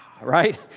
right